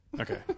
Okay